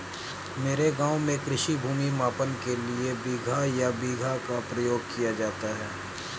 मेरे गांव में कृषि भूमि मापन के लिए बिगहा या बीघा का प्रयोग किया जाता है